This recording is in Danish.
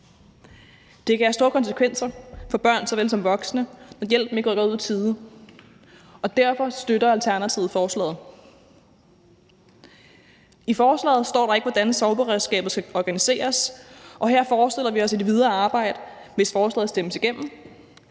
Det kan have store konsekvenser for børn såvel som voksne, at hjælpen ikke rykker ud i tide. Derfor støtter Alternativet forslaget. I forslaget står der ikke, hvordan sorgberedskabet skal organiseres, og her forestiller vi os et videre arbejde, hvis forslaget stemmes igennem,